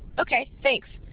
okay. thanks.